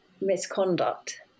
misconduct